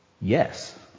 Yes